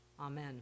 Amen